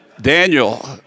Daniel